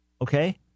okay